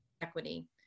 equity